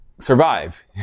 survive